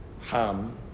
Ham